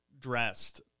dressed